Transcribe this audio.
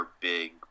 big